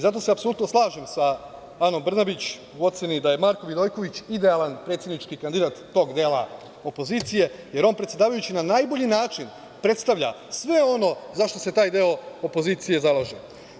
Zato se apsolutno slažem sa Anom Brnabić u oceni da je Marko Vidojković idealan predsednički kandidat tog dela opozicije, jer on predsedavajući na najbolji način predstavlja sve ono zašta se taj deo opozicije zalaže.